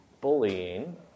bullying